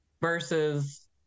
versus